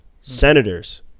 Senators